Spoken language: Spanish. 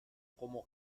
como